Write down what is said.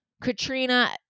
Katrina